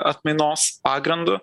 atmainos pagrindu